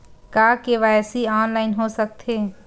का KYC online हो सकथे?